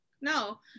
no